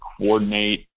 coordinate